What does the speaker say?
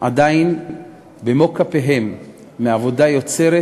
עדיין במו-כפיהם מעבודה יוצרת